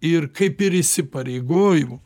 ir kaip ir įsipareigoju